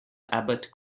abbott